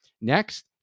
Next